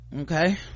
okay